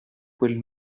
quel